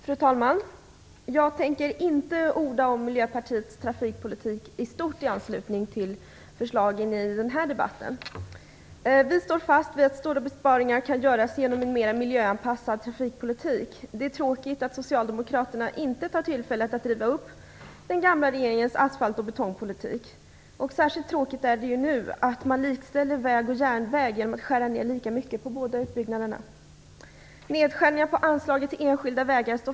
Fru talman! Jag tänker inte orda om Miljöpartiets trafikpolitik i stort i anslutning till förslagen i det här betänkandet. Vi står fast vid att stora besparingar kan göras genom en mer miljöanpassad trafikpolitik. Det är tråkigt att Socialdemokraterna inte tar tillfället i akt att riva upp den gamla regeringens asfalt och betongpolitik. Särskilt tråkigt är det att man likställer vägar och järnvägar genom att skära ner lika mycket på utbyggnaden av båda. Nedskärningar på anslaget till enskilda vägar står fast.